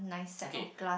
okay